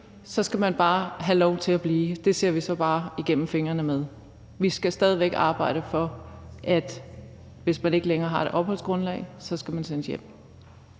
skal have lov til at blive, og så ser vi bare igennem fingrene med det. Vi skal stadig væk arbejde for, at man, hvis man ikke længere har et opholdsgrundlag, skal sendes hjem.